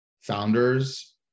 founders